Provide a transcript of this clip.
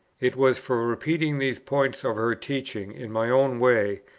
it was for repeating these points of her teaching in my own way,